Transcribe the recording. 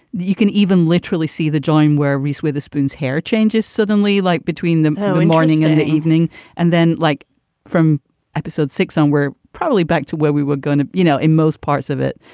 you can even literally see the joint where reese witherspoon's hair changes suddenly, like between the morning in the evening and then like from episode six on, we're probably back to where we were going to, you know, in most parts of it.